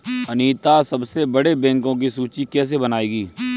अनीता सबसे बड़े बैंकों की सूची कैसे बनायेगी?